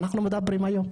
אנחנו מדברים היום,